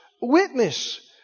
witness